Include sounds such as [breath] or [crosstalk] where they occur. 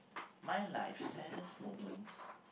my life saddest moment [breath]